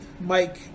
mike